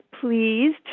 Pleased